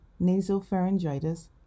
nasopharyngitis